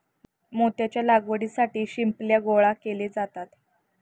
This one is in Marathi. मोत्याच्या लागवडीसाठी शिंपल्या गोळा केले जातात